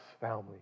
family